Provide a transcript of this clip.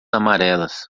amarelas